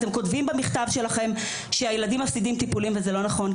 אתם כותבים במכתב שלכם שהילדים מפסידים טיפולים וזה לא נכון.